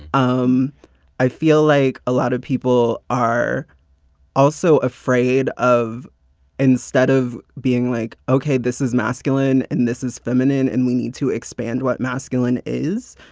um i feel like a lot of people are also afraid of instead of being like, okay, this is masculine and this is feminine and we need to expand what masculine is.